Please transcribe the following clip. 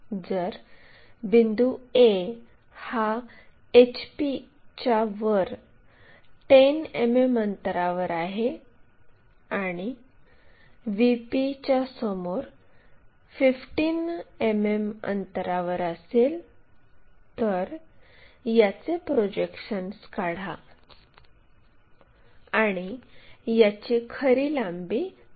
जर बिंदू A हा HPच्या वर10 मिमी अंतरावर आहे आणि VP च्या समोर 15 मिमी अंतरावर असेल तर याचे प्रोजेक्शन्स काढा आणि याची खरी लांबी काढायची आहे